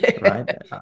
Right